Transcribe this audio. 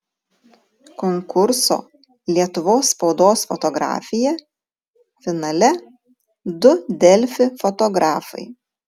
konkurso lietuvos spaudos fotografija finale du delfi fotografai